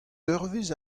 eurvezh